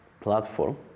platform